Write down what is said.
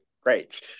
great